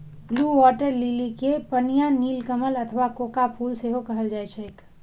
blue water lily कें पनिया नीलकमल अथवा कोका फूल सेहो कहल जाइ छैक